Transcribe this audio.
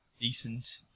decent